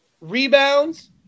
Rebounds